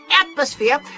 atmosphere